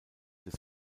des